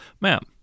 Ma'am